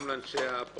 גם לאנשי הפרקליטות,